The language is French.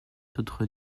d’autres